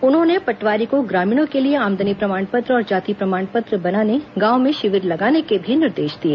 उन्होंने पटवारी को ग्रामीणों के लिए आमदनी प्रमाणपत्र और जाति प्रमाण पत्र बनाने गांव में शिविर लगाने के भी निर्देश दिए